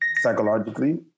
psychologically